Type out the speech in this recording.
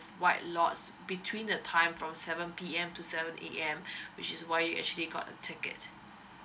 white lots between the time from seven P_M to seven A_M which is why you actually got a ticket